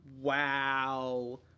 Wow